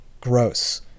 gross